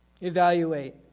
Evaluate